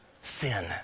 Sin